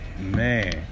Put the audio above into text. man